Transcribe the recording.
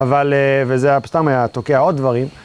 אבל, וזה סתם היה תוקע עוד דברים.